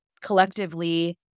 collectively